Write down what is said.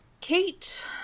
Kate